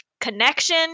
connection